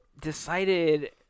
decided